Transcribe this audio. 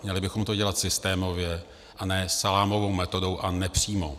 Měli bychom to dělat systémově, a ne salámovou metodou a nepřímo.